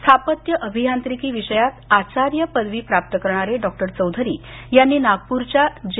स्थापत्य अभियांत्रिकी विषयात आचार्य पदवी प्राप्त करणारे डॉक्टर चौधरी यांनी नागपूरच्या जे